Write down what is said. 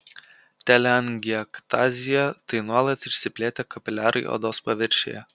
teleangiektazija tai nuolat išsiplėtę kapiliarai odos paviršiuje